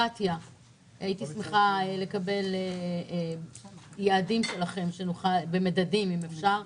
הייתי שמחה לקבל יעדים שלכם בכל הקשור בצמצום הבירוקרטיה.